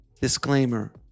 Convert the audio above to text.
Disclaimer